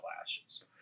lashes